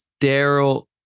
Daryl